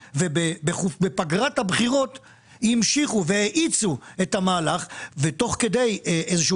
- בפגרת הבחירות המשיכו והאיצו את המהלך תוך כדי איזה שהוא